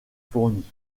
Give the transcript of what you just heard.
fourni